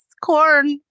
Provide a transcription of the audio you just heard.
corn